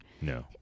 no